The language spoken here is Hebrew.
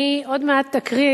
אני עוד מעט אקריא,